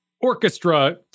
orchestra